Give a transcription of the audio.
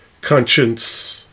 Conscience